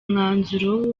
mwanzuro